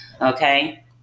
okay